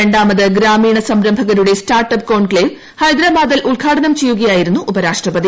രണ്ടാമത് ഗ്രാമീണ സംരംഭകരുടെ സ്റ്റാർട്ട് അപ് കോൺക്ലേവ് ഹൈദരാബാദിൽ ഉദ്ഘാട്ട്ന്ം ചെയ്യുകയായിരുന്നു ഉപരാഷ്ട്രപതി